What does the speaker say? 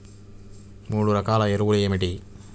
మూడు రకాల ఎరువులు ఏమిటి?